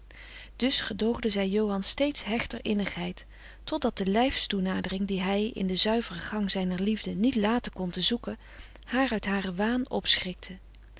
dus gedoogde zij johan's steeds hechter innigheid totdat de lijfstoenadering die hij in den zuiveren gang zijner liefde niet laten kon te zoeken haar uit haren waan